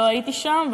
לא הייתי שם,